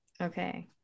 okay